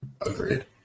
agreed